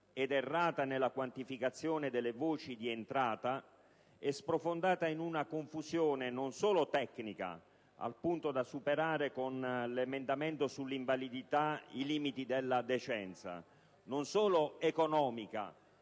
ed errata nella quantificazione delle voci di entrata, è sprofondata in una confusione non solo tecnica, al punto da superare, con l'emendamento sull'invalidità, i limiti della decenza, non solo economica,